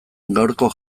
gaurko